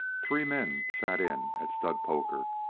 three men sat in at stud-poker,